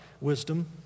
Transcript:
wisdom